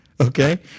Okay